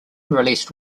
released